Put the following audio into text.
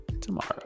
tomorrow